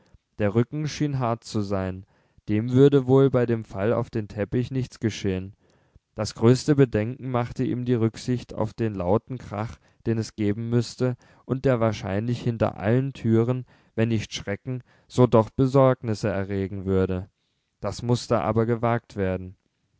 der rücken schien hart zu sein dem würde wohl bei dem fall auf den teppich nichts geschehen das größte bedenken machte ihm die rücksicht auf den lauten krach den es geben müßte und der wahrscheinlich hinter allen türen wenn nicht schrecken so doch besorgnisse erregen würde das mußte aber gewagt werden